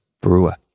Brewer